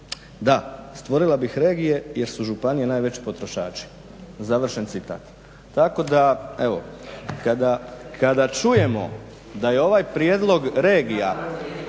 Da. Stvorila bih regije jer su županije najveći potrošači. Završen citat. Tako da evo, kada čujemo da je ovaj prijedlog regija